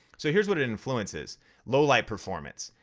so here's what it influences low light performance.